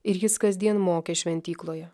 ir jis kasdien mokė šventykloje